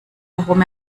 warum